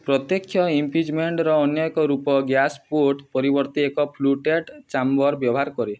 ପ୍ରତ୍ୟକ୍ଷ ଇମ୍ପିଞ୍ଜମେଣ୍ଟର ଅନ୍ୟ ଏକ ରୂପ ଗ୍ୟାସ୍ ପୋର୍ଟ ପରିବର୍ତ୍ତେ ଏକ ଫ୍ଲୁଟେଡ଼୍ ଚାମ୍ବର୍ ବ୍ୟବହାର କରେ